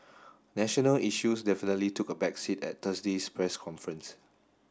national issues definitely took a back seat at Thursday's press conference